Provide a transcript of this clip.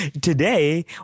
Today